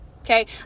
Okay